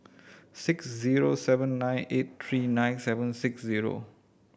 six zero seven nine eight three nine seven six zero